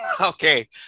Okay